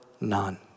none